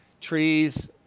trees